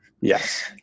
Yes